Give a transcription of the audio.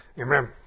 Amen